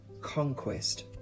conquest